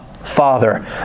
Father